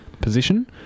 position